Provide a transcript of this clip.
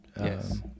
yes